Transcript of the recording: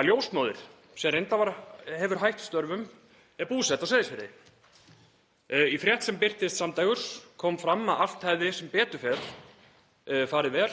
að ljósmóðir sem reyndar hefur hætt störfum er búsett á Seyðisfirði. Í frétt sem birtist samdægurs kom fram að allt hefði sem betur fer farið vel